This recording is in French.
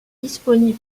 disponible